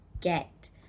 get